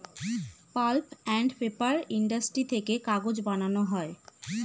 pulp and paper industry থেকে কাগজ বানানো হয়